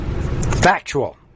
Factual